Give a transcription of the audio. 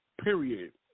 period